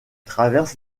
traverse